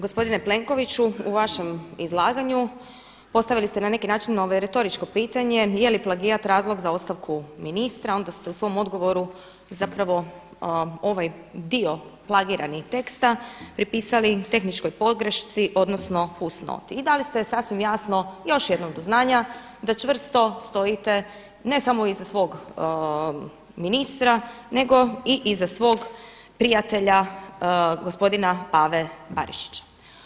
Gospodine Plenkoviću u vašem izlaganju postavili ste na neki način retoričko pitanje jeli plagijat razlog za ostavku ministra, onda ste u svom odgovoru zapravo ovaj dio plagiranje teksta prepisali tehničkoj pogrešci odnosno fusnoti i dali ste sasvim jasno još jednom do znanja da čvrsto stojite ne samo iza svog ministra nego i iza svog prijatelja gospodina Pave Barišića.